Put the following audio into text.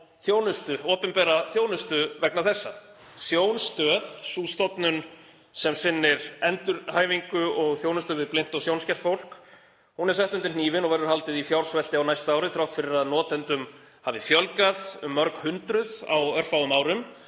sig á opinbera þjónustu vegna þessa. Sjónstöð, sú stofnun sem sinnir endurhæfingu og þjónusta við blint og sjónskert fólk, er sett undir hnífinn, verður haldið í fjársvelti á næsta ári þrátt fyrir að notendum hafi fjölgað um mörg hundruð á örfáum árum